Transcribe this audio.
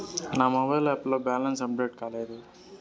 నా mobile app లో balance update కాలేదు